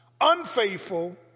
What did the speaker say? unfaithful